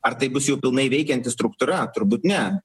ar tai bus jau pilnai veikianti struktūra turbūt ne